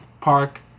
Park